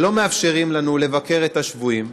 שלא מאפשרים לנו לבקר את השבויים,